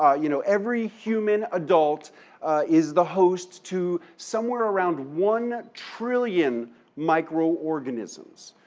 ah you know, every human adult is the host to somewhere around one trillion microorganisms.